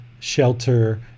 shelter